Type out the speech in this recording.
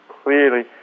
Clearly